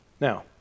Now